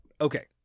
Okay